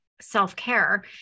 self-care